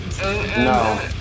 No